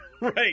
right